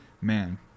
Man